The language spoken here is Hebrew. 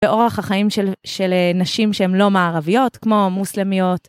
באורח החיים של נשים שהן לא מערביות, כמו מוסלמיות.